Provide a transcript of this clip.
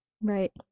Right